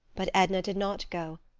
but edna did not go.